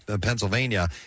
Pennsylvania